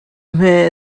hme